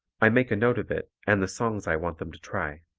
i make a note of it and the songs i want them to try.